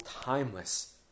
timeless